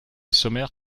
sommaire